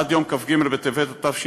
עד יום כ"ג בטבת התשע"ט,